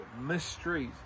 mysteries